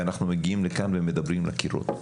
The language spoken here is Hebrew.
ואנחנו מגיעים לכאן ומדברים לקירות.